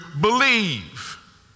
believe